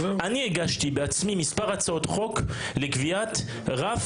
אני בעצמי הגשתי מספר הצעות חוק לקביעת רף